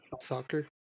Soccer